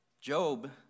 Job